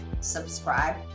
subscribe